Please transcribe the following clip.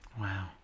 Wow